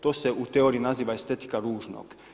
To se u teoriji naziva estetika ružnog.